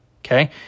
Okay